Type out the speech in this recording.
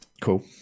Cool